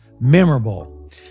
memorable